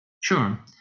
Sure